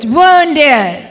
wounded